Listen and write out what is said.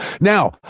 Now